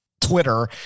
Twitter